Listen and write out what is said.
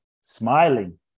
smiling